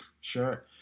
sure